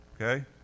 Okay